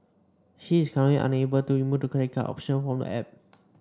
she is currently unable to remove the credit card option from the app